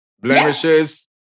blemishes